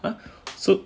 and so